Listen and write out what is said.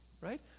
right